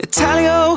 Italio